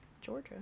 Georgia